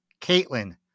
Caitlin